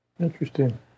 Interesting